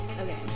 Okay